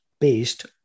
based